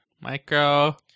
micro